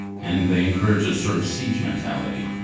and they encourage a sort of siege mentality.